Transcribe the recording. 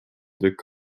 tükk